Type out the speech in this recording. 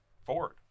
Ford